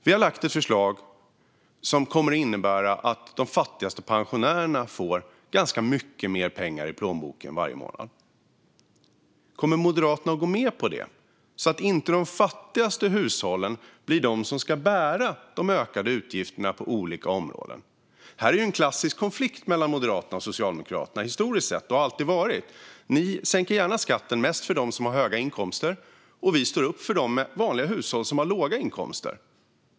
Vi har lagt fram ett förslag som kommer att innebära att de fattigaste pensionärerna får ganska mycket mer pengar i plånboken varje månad. Kommer Moderaterna att gå med på det så att inte de fattigaste hushållen blir de som ska bära de ökade utgifterna på olika områden? Det här är en klassisk konflikt mellan Moderaterna och Socialdemokraterna historiskt sett. Det har alltid varit så. Ni sänker gärna skatten mest för dem som har höga inkomster, och vi står upp för de vanliga hushåll som har låga inkomster.